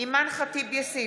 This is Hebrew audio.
אימאן ח'טיב יאסין,